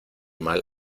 mal